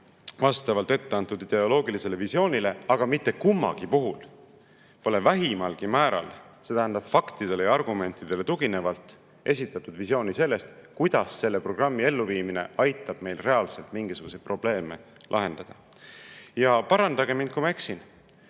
vastavalt etteantud ideoloogilisele visioonile. Aga mitte kummagi puhul pole vähimalgi määral, see tähendab faktidele ja argumentidele tuginevalt, esitatud visiooni sellest, kuidas selle programmi elluviimine aitab meil reaalselt mingisuguseid probleeme lahendada. Parandage mind, kui ma eksin.